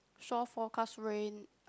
shore forecast rain